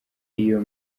iyo